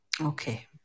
Okay